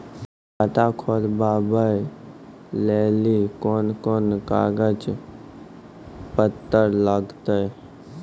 खाता खोलबाबय लेली कोंन कोंन कागज पत्तर लगतै?